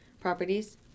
properties